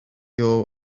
your